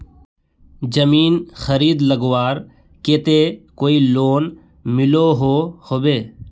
जमीन खरीद लगवार केते कोई लोन मिलोहो होबे?